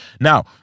Now